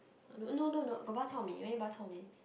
no no no got bak-chor-mee you want to eat bak-chor-mee